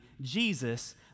Jesus